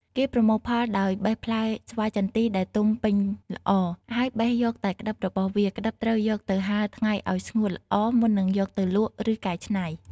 គេប្រមូលផលដោយ បេះផ្លែស្វាយចន្ទីដែលទុំពេញល្អ ហើយ បេះយកតែក្តិបរបស់វា ក្តិបត្រូវយកទៅហាលថ្ងៃឱ្យស្ងួតល្អ មុននឹងយកទៅលក់ឬកែច្នៃ។